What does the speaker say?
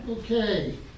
Okay